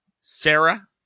Sarah